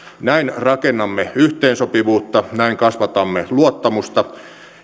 näin rakennamme yhteensopivuutta näin kasvatamme luottamusta